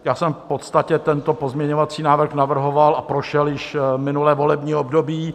Já jsem v podstatě tento pozměňovací návrh navrhoval a prošel již minulé volební období.